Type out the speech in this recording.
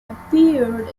appeared